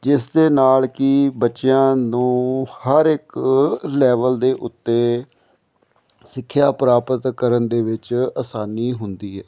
ਜਿਸ ਦੇ ਨਾਲ ਕੀ ਬੱਚਿਆਂ ਨੂੰ ਹਰ ਇੱਕ ਲੈਵਲ ਦੇ ਉੱਤੇ ਸਿੱਖਿਆ ਪ੍ਰਾਪਤ ਕਰਨ ਦੇ ਵਿੱਚ ਆਸਾਨੀ ਹੁੰਦੀ ਹੈ